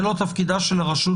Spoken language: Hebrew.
זה לא תפקידה של הרשות,